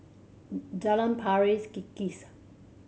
Jalan Pari Kikis